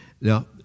Now